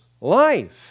life